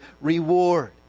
reward